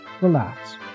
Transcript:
relax